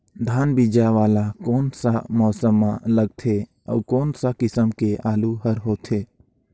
धान बीजा वाला कोन सा मौसम म लगथे अउ कोन सा किसम के आलू हर होथे?